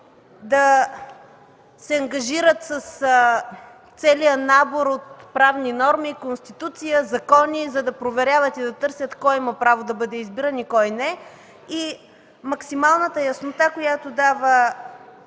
да се ангажират с целия набор от правни норми – Конституция, закони, за да проверяват и да търсят кой има право да бъде избиран и кой не. Максималната яснота, която дава